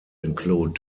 include